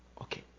Okay